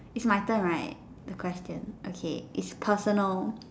it's my turn right the question okay it's personal